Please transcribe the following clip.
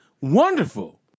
wonderful